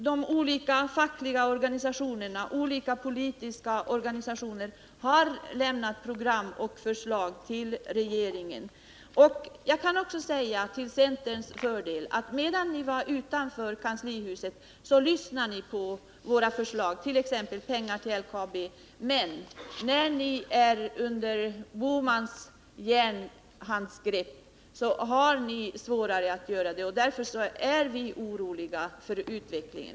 De olika fackliga organisationerna och olika politiska organisationer har lämnat program och förslag till regeringen. Jag kan också säga till centerns fördel att medan ni var utanför kanslihuset lyssnade ni på våra förslag, t.ex. om pengar till LKAB, men när ni är under Bohmans järnhandsgrepp har ni svårare att göra det. Därför är vi oroliga för utvecklingen.